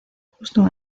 justo